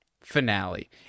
finale